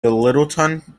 littleton